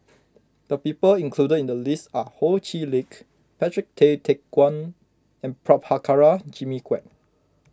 the people included in the list are Ho Chee Lick Patrick Tay Teck Guan and Prabhakara Jimmy Quek